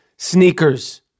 Sneakers